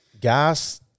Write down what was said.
Gas